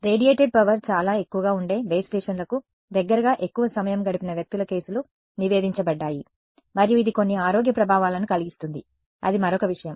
radiated power చాలా ఎక్కువగా ఉండే బేస్ స్టేషన్లకు దగ్గరగా ఎక్కువ సమయం గడిపిన వ్యక్తుల కేసులు నివేదించబడ్డాయి మరియు ఇది కొన్ని ఆరోగ్య ప్రభావాలను కలిగిస్తుంది అది మరొక విషయం